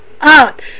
up